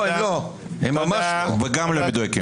הם ממש לא מדויקים.